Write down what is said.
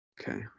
Okay